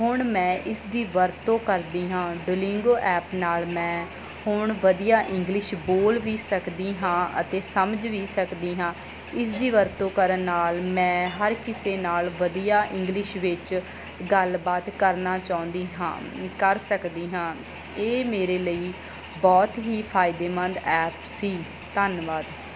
ਹੁਣ ਮੈਂ ਇਸਦੀ ਵਰਤੋਂ ਕਰਦੀ ਹਾਂ ਡੁਲਿੰਗੋ ਐਪ ਨਾਲ ਮੈਂ ਹੁਣ ਵਧੀਆ ਇੰਗਲਿਸ਼ ਬੋਲ ਵੀ ਸਕਦੀ ਹਾਂ ਅਤੇ ਸਮਝ ਵੀ ਸਕਦੀ ਹਾਂ ਇਸ ਦੀ ਵਰਤੋਂ ਕਰਨ ਨਾਲ ਮੈਂ ਹਰ ਕਿਸੇ ਨਾਲ ਵਧੀਆ ਇੰਗਲਿਸ਼ ਵਿੱਚ ਗੱਲਬਾਤ ਕਰਨਾ ਚਾਹੁੰਦੀ ਹਾਂ ਕਰ ਸਕਦੀ ਹਾਂ ਇਹ ਮੇਰੇ ਲਈ ਬਹੁਤ ਹੀ ਫਾਇਦੇਮੰਦ ਐਪ ਸੀ ਧੰਨਵਾਦ